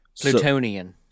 Plutonian